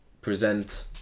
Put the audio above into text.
present